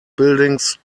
buildings